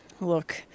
Look